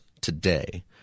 today